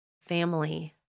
family